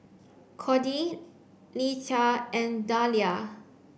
Cordie Leatha and Dalia